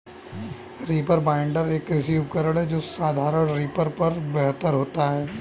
reaper binder, एक कृषि उपकरण है जो साधारण रीपर पर बेहतर होता है